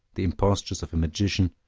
the impostures of a magician,